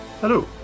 Hello